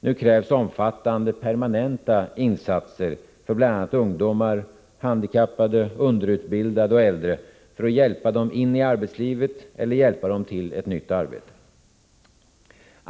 Nu krävs omfattande permanenta insatser för bl.a. ungdomar, handikappade, underutbildade och äldre, för att hjälpa dem in i arbetslivet eller hjälpa dem till ett nytt arbete.